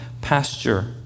pasture